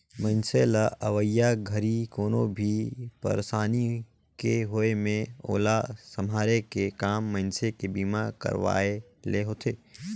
मइनसे ल अवइया घरी कोनो भी परसानी के होये मे ओला सम्हारे के काम मइनसे के बीमा करवाये ले होथे